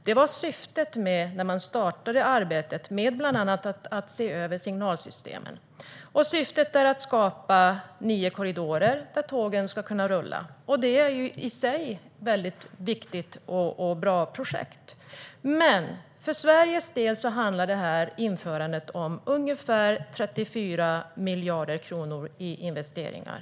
Det var syftet med att starta arbetet med att bland annat se över signalsystemen. Syftet är att skapa nio korridorer där tågen ska kunna rulla. Det är i sig ett viktigt och bra projekt. Men för Sverige handlar detta införande om ungefär 34 miljarder kronor i investeringar.